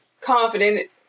confident